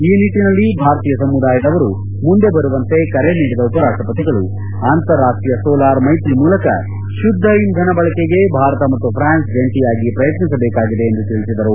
ಈ ನಿಟ್ಟನಲ್ಲಿ ಭಾರತೀಯ ಸಮುದಾಯದವರು ಮುಂದೆ ಬರುವಂತೆ ಕರೆ ನೀಡಿದ ಉಪರಾಷ್ಟಪತಿಗಳು ಅಂತಾರಾಷ್ಟೀಯ ಸೋಲಾರ್ ಮೈತ್ರಿ ಮೂಲಕ ಶುದ್ದ ಇಂಧನ ಬಳಕೆಗೆ ಭಾರತ ಮತ್ತು ಫ್ರಾನ್ಸ್ ಜಂಟಿಯಾಗಿ ಪ್ರಯತ್ನಿಸಬೇಕಾಗಿದೆ ಎಂದು ತಿಳಿಸಿದರು